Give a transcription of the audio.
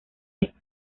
eso